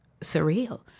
surreal